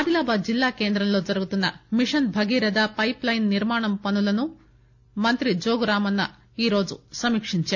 ఆదిలాబాద్ జిల్లా కేంద్రంలో జరుగుతున్న మిషన్ భగీరథ పైప్లైన్ నిర్మాణ పనులను మంత్రి జోగు రామన్న ఈరోజు సమీకిందారు